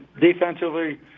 Defensively